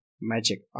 magic